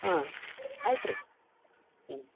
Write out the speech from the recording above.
ಹಾಂ ಆಯ್ತು ರೀ ಹ್ಞೂ